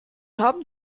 haben